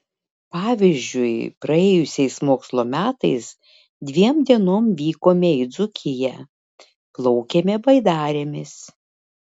pavyzdžiui praėjusiais mokslo metais dviem dienom vykome į dzūkiją plaukėme baidarėmis